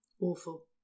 Awful